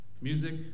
Music